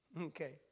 Okay